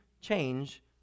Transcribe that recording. change